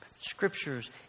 scriptures